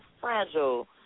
fragile